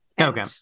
Okay